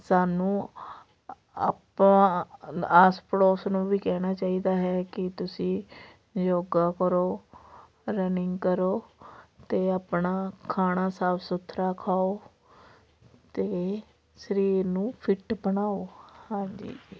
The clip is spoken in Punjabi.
ਸਾਨੂੰ ਆਪਾਂ ਆਸ ਪੜੋਸ ਨੂੰ ਵੀ ਕਹਿਣਾ ਚਾਹੀਦਾ ਹੈ ਕਿ ਤੁਸੀਂ ਯੋਗਾ ਕਰੋ ਰਨਿੰਗ ਕਰੋ ਅਤੇ ਆਪਣਾ ਖਾਣਾ ਸਾਫ਼ ਸੁਥਰਾ ਖਾਉ ਅਤੇ ਸਰੀਰ ਨੂੰ ਫਿੱਟ ਬਣਾਓ ਹਾਂਜੀ